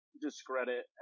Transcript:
discredit